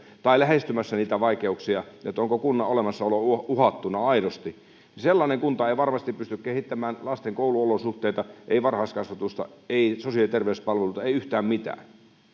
tai lähestymässä sellaisia vaikeuksia että kunnan olemassaolo on aidosti uhattuna ei varmasti pysty kehittämään lasten kouluolosuhteita ei varhaiskasvatusta ei sosiaali ja terveyspalveluita ei yhtään mitään